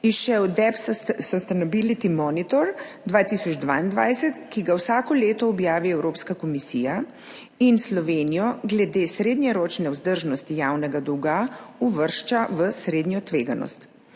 izšel Debt Sustainability Monitor 2022, ki ga vsako leto objavi Evropska komisija in Slovenijo glede srednjeročne vzdržnosti javnega dolga uvršča v srednjo tveganost.